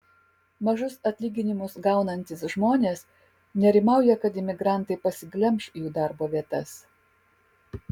mažus atlyginimus gaunantys žmonės nerimauja kad imigrantai pasiglemš jų darbo vietas